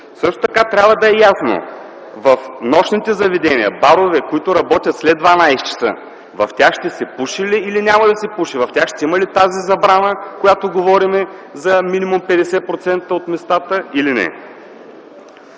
се пуши. Трябва да е ясно в нощните заведения, барове, които работят след 24,00 ч. в тях ще се пуши ли или няма да се пуши. При тях ще има ли такава забрана, за която говорим – за минимум 50% от местата или не?